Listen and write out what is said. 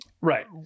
right